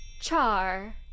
char